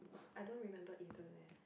I don't remember Eden eh